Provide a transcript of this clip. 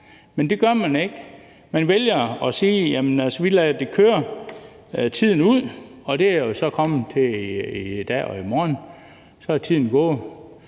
men det gjorde man ikke. Man vælger at sige, at man lader det køre tiden ud, og det er vi jo så kommet til i dag og i morgen – så er tiden gået.